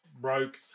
broke